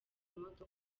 imodoka